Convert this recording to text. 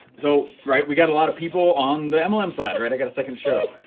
so, right, we got a lot of people on the mlm side, right, i've got a second show,